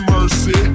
Mercy